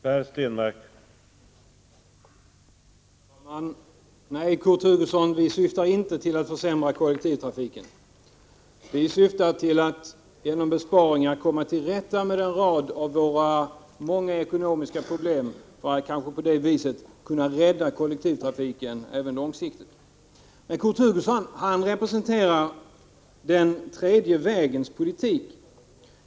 Herr talman! Nej, Kurt Hugosson, vi syftar inte till att försämra kollektivtrafiken. Vi syftar till att genom besparingar komma till rätta med en rad av de många ekonomiska problemen för att på det sättet kunna rädda kollektivtrafiken även långsiktigt. Kurt Hugosson representerar den tredje vägens politik.